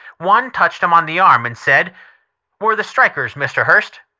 one touched him on the arm and said we're the strikers, mr. hearst.